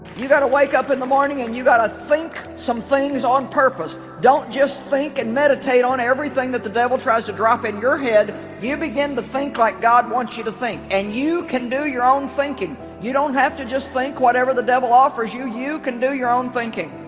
you got to wake up in the morning and you got to think some things on purpose don't just think and meditate on everything that the devil tries to drop in your head you begin to think like god wants you to think and you can do your own thinking you don't have to just think whatever the devil offers you you can do your own thinking